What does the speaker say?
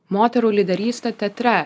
moterų lyderystę teatre